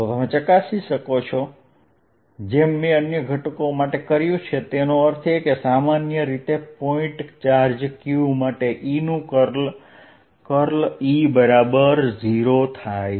તમે ચકાસી શકો છો જેમ મેં અન્ય ઘટકો માટે કર્યું છે તેનો અર્થ એ કે સામાન્ય રીતે પોઇન્ટ ચાર્જ q માટે E નું કર્લ E0 છે